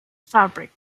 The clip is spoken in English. fabric